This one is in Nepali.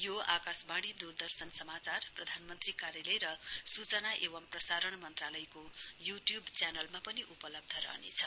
यो आकाशवाणी दूरदर्शन समाचार प्रधानमन्त्री कार्यालय र सूचना एवं प्रसारण मन्त्रालयको यू ट्यूब च्यानलमा पनि उपलब्ध रहनेछ